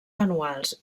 anuals